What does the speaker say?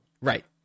Right